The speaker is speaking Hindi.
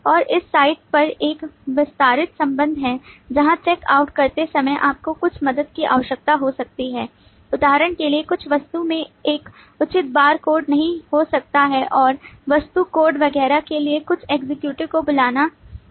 और इस साइट पर एक विस्तारित संबंध है जहां चेक आउट करते समय आपको कुछ मदद की आवश्यकता हो सकती है उदाहरण के लिए कुछ वस्तु में एक उचित बार कोड नहीं हो सकता है और वस्तु कोड वगैरह के लिए कुछ एक्जीक्यूटिव को बुलाया जाना चाहिए